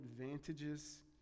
advantages